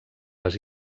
les